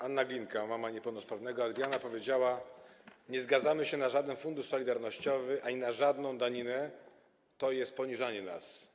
Anna Glinka, mama niepełnosprawnego Adriana, powiedziała: nie zgadzamy się na żaden fundusz solidarnościowy ani na żadną daninę, to jest poniżanie nas.